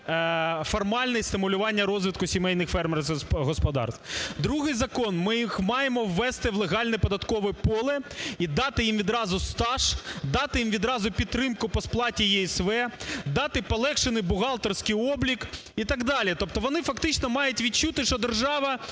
формальне стимулювання розвитку сімейних фермерських господарств. Другий закон. Ми їх маємо ввести в легальне податкове поле і дати їм відразу стаж, дати їм відразу підтримку по сплаті ЄСВ, дати полегшений бухгалтерський облік і так далі. Тобто вони фактично мають відчути, що держава